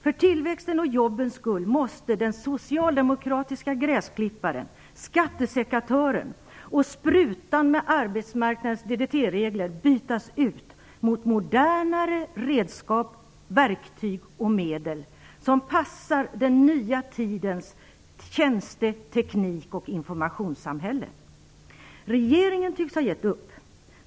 För tillväxtens och jobbens skulle måste den socialdemokratiska gräsklipparen, skattesekatören och sprutan med arbetsmarknadens DDT-regler bytas ut mot modernare redskap, verktyg och medel som passar den nya tidens tjänste-, teknik och informationssamhälle. Regeringen tycks ha gett upp.